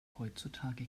heutzutage